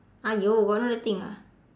!aiyo! got no other thing ah